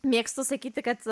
mėgstu sakyti kad